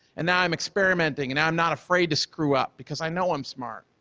and now i'm experimenting and i'm not afraid to screw up because i know i'm smart,